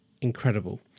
incredible